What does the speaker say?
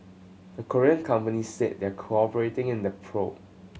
the Korean company said they're cooperating in the probe